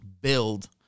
build